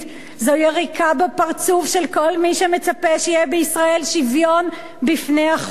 זאת יריקה בפרצוף של כל מי שמצפה שיהיה בישראל שוויון בפני החוק.